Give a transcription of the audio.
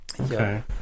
okay